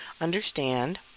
understand